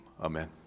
amen